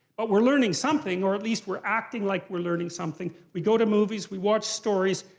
but we're learning something, or at least we're acting like we're learning something. we go to movies, we watch stories,